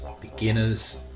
beginners